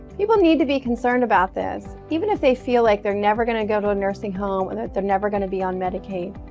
people need to be concerned about this, even if they feel like they're never going to go to a nursing home, and that they're never going to be on medicaid.